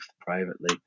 privately